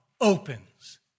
opens